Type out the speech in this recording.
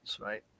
right